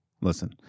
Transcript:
listen